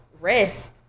rest